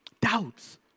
Doubts